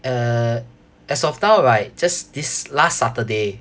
err as of now right just this last saturday